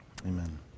Amen